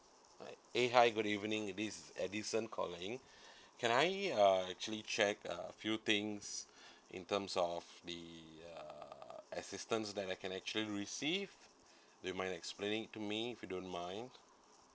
hi hey hi good evening this is edison calling can I uh actually check uh few things in terms of the err assistance that I can actually receive do you mind explaining to me if you don't mind